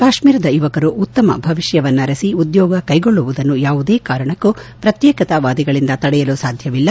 ಕಾಶ್ಮೀರದ ಯುವಕರು ಉತ್ತಮ ಭವಿಷ್ಠವನ್ನರಸಿ ಉದ್ದೋಗ ಕೈಗೊಳ್ಳುವುದನ್ನು ಯಾವುದೇ ಕಾರಣಕ್ಕೂ ಪ್ರಕ್ತೇಕತಾವಾದಿಗಳಿಂದ ತಡೆಯಲು ಸಾಧ್ಯವಿಲ್ಲ